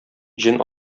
җен